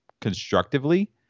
constructively